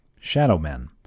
Shadowmen